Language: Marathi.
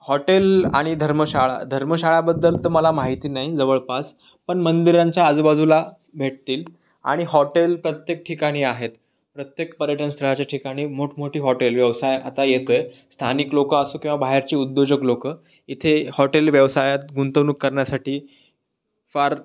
हॉटेल आणि धर्मशाळा धर्मशाळाबद्दल तर मला माहिती नाही जवळपास पण मंदिरांच्या आजूबाजूला भेटतील आणि हॉटेल प्रत्येक ठिकाणी आहेत प्रत्येक पर्यटनस्थळाच्या ठिकाणी मोठमोठी हॉटेल व्यवसाय आता येतो आहे स्थानिक लोकं असू किंवा बाहेरची उद्योजक लोकं इथे हॉटेल व्यवसायात गुंतवणूक करण्यासाठी फार